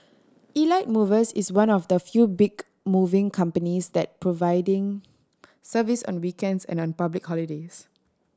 Elite Movers is one of the few big moving companies that providing service on weekends and on public holidays